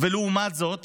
ולעומת זאת